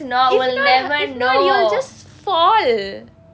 if not if not you'll just fall